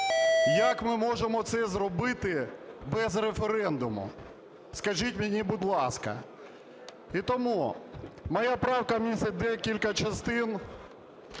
Як ми можемо це зробити без референдуму, скажіть мені, будь ласка? І тому моя правка містить декілька частин,